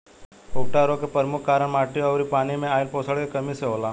उकठा रोग के परमुख कारन माटी अउरी पानी मे आइल पोषण के कमी से होला